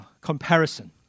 comparison